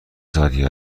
ساعتی